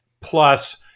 Plus